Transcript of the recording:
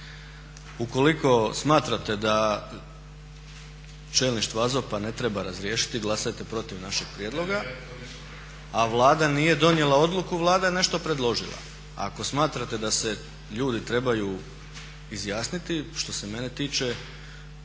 Ukoliko smatrate da čelništvo AZOP-a ne treba razriješiti glasajte protiv našeg prijedloga a Vlada nije donijela odluku, Vlada je nešto predložila. Ako smatrate da se ljudi trebaju izjasniti, što se mene tiče,